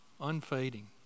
unfading